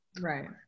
Right